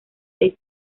seis